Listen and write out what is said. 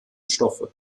stoffe